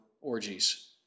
orgies